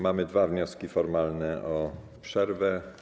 Mamy dwa wnioski formalne o przerwę.